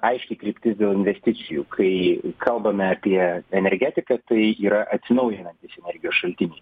aiški kryptis dėl investicijų kai kalbame apie energetiką tai yra atsinaujinantys energijos šaltiniai